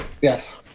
Yes